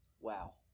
Wow